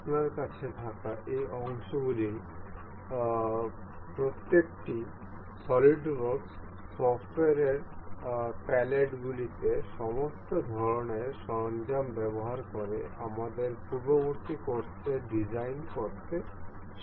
আপনার কাছে থাকা এই অংশগুলির প্রত্যেকটি সলিডওয়ার্কস সফ্টওয়্যারের প্যালেট গুলিতে সমস্ত ধরণের সরঞ্জাম ব্যবহার করে আমাদের পূর্ববর্তী কোর্সে ডিজাইন করতে শিখেছি